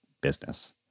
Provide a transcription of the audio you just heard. business